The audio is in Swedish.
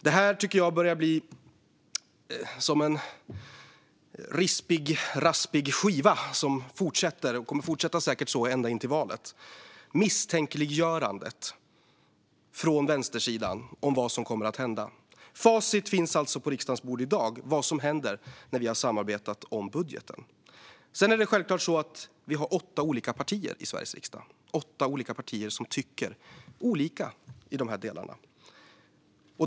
Det här tycker jag börjar bli som en rispig och raspig skiva som fortsätter och som säkert kommer att fortsätta så ända fram till valet. Det handlar om misstänkliggörandet från vänstersidan av vad som kommer att hända. Facit finns alltså på riksdagens bord i dag för vad som händer när vi har samarbetat om budgeten. Men vi har åtta olika partier i Sveriges riksdag. Det är åtta olika partier som tycker olika i de här delarna.